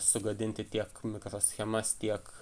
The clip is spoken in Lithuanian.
sugadinti tiek mikroschemas tiek